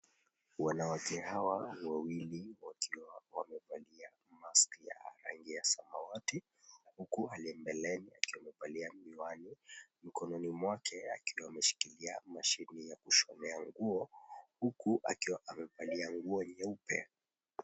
Wanawake hawa wawili wakiwa wamevalia mask ya rangi ya samawati, huku aliye mbele akiwa amevalia miwani mkononi mwake akiwa ameshikilia mashini ya kushonea nguo. Huku akiwa amevalia nguo nyeupe.